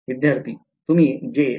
विध्यार्थी तुम्ही